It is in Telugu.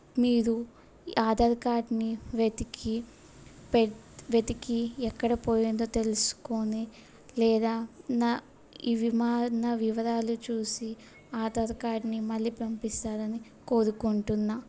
మీరు ఆధార్ కార్డ్ని వెతికి పే వెతికి ఎక్కడ పోయిందో తెలుసుకొని లేదా నా ఇవి మా నా వివరాలు చూసి ఆధార్ కార్డ్ని మళ్ళీ పంపిస్తారని కోరుకుంటున్నాను